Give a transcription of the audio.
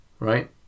right